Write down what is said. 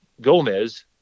Gomez